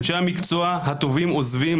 אנשי המקצוע הטובים עוזבים,